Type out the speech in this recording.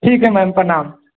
ठीक है मैम प्रणाम